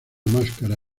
máscara